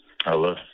Hello